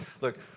Look